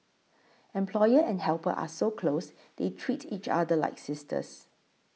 employer and helper are so close they treat each other like sisters